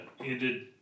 ended